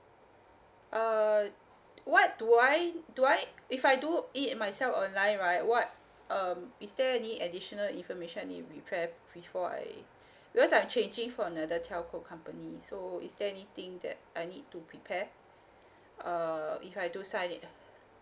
uh what do I do I if I do it myself online right what um is there any additional information I need to prepare before I because I'm changing from another telco company so is there anything that I need to prepare uh if I do sign it